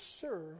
serve